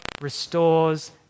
restores